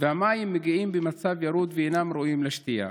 והמים מגיעים במצב ירוד ואינם ראויים לשתייה.